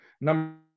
Number